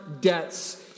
debts